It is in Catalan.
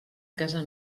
casa